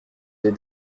des